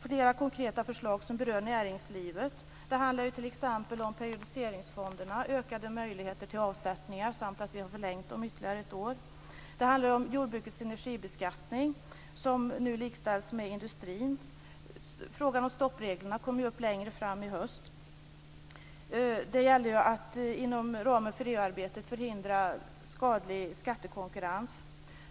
flera konkreta förslag som berör näringslivet. Det handlar t.ex. om periodiseringsfonderna, ökade möjligheter till avsättningar samt att vi har förlängt dem ytterligare ett år, jordbrukets energibeskattning som nu likställs med industrins och frågan om stoppreglerna, som ju kommer upp längre fram i höst. Det gäller att inom ramen för miljöarbetet förhindra skadlig skattekonkurrens.